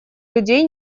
людей